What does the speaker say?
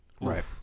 Right